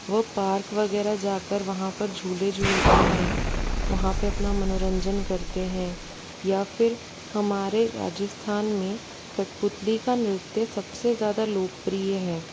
वह पार्क वगैरह जाकर वहाँ पर झूले झूलते हैं वहाँ पर अपना मनोरंजन करते हैं या फिर हमारे राजस्थान हैं कठपुतली का नृत्य सबसे ज़्यादा लोकप्रिय है